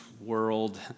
world